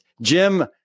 Jim